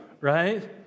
right